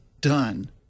done